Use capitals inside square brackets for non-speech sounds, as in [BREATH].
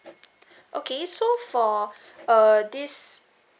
[BREATH] okay so for err this